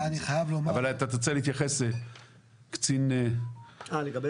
אבל, קצין תיאום